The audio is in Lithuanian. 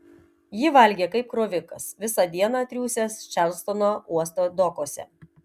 ji valgė kaip krovikas visą dieną triūsęs čarlstono uosto dokuose